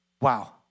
Wow